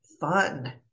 fun